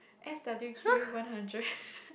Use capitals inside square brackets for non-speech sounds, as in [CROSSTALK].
S_W_Q one hundred [LAUGHS]